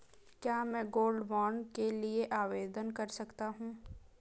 क्या मैं gold bond के लिए आवेदन कर सकता हूं?